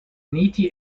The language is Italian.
uniti